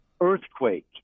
earthquake